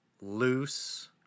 loose